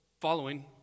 following